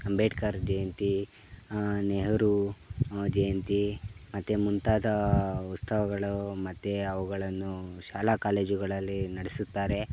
ಅಂಬೇಡ್ಕರ್ ಜಯಂತಿ ನೆಹರು ಜಯಂತಿ ಮತ್ತು ಮುಂತಾದ ಉತ್ಸವಗಳು ಮತ್ತು ಅವುಗಳನ್ನು ಶಾಲಾ ಕಾಲೇಜುಗಳಲ್ಲಿ ನಡೆಸುತ್ತಾರೆ